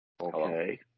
Okay